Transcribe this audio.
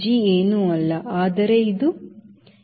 G ಏನೂ ಅಲ್ಲ ಆದರೆ ಇದು Vvಎಂದರೇನು